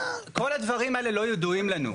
כל הדברים האלה לא ידועים לנו,